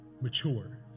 mature